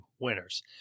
Winners